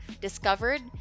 discovered